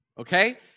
Okay